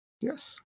Yes